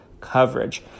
coverage